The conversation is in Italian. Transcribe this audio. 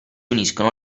uniscono